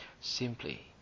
simply